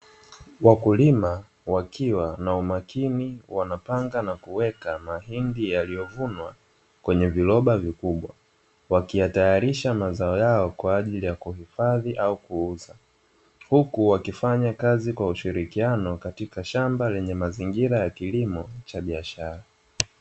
Wakulima wakiwa na umakini, wanapanga na kuweka mahindi yaliyovunwa kwenye viroba vikubwa, wakiyatayarisha mazao yao kwa ajili ya kuhifadhi au kuuza. Huku wakifanya kazi kwa ushirikiano katika shamba lenye mazingira ya kilimo cha biashara.